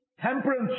Temperance